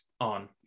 on